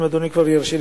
אם אדוני ירשה,